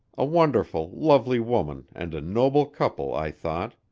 a wonderful, lovely woman and a noble couple, i thought.